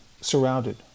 surrounded